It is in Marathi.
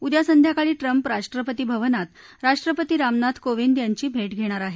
उद्या संध्याकाळी ट्रम्प राष्ट्रपती भवनात राष्ट्रपती रामनाथ कोर्विद यांची भेट घेणार आहेत